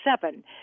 seven